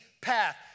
path